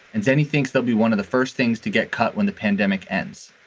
and as anything, they'll be one of the first things to get cut when the pandemic ends,